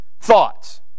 thoughts